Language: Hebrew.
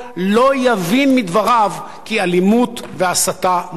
לא יבין מדבריו כי אלימות והסתה מותרות,